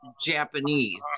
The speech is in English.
Japanese